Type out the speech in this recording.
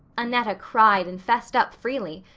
annetta cried and fessed up freely.